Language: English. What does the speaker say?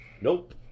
nope